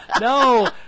no